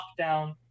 lockdown